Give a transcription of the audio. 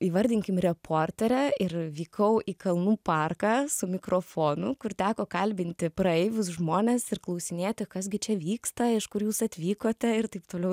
įvardinkim reportere ir vykau į kalnų parką su mikrofonu kur teko kalbinti praeivius žmones ir klausinėti kas gi čia vyksta iš kur jūs atvykote ir taip toliau